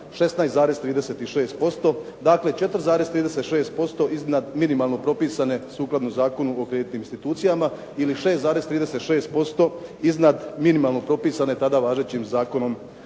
16,36% dakle 4,36% iznad minimalno propisane sukladno Zakonu o kreditnim institucijama ili 6,36% iznad minimalno propisane tada važećim Zakonom